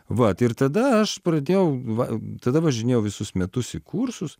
vat ir tada aš pradėjau va tada važinėjau visus metus į kursus